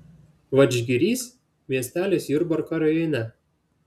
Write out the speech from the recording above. vadžgirys miestelis jurbarko rajone